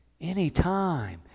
Anytime